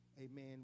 Amen